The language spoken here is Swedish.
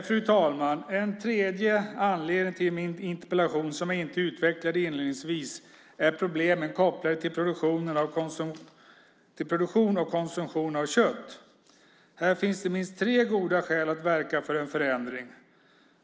Fru talman! En tredje anledning till min interpellation som jag inte utvecklade inledningsvis är problemen kopplade till produktion och konsumtion av kött. Här finns minst tre goda skäl att verka för en förändring.